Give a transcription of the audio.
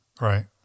Right